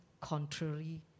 contrary